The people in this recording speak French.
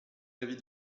l’avis